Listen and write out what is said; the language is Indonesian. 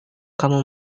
kamu